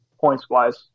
points-wise